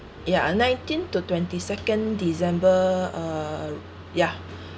ya uh nineteen to twenty second december uh yeah